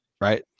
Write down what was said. Right